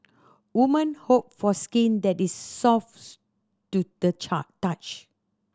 women hope for skin that is soft to the touch